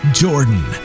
jordan